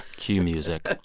cue music